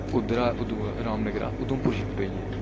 उद्धरा उत्थुआं रामनगरा उधमपुर शिफ्ट होई गे